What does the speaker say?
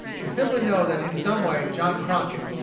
we simply know that in some way john crockett,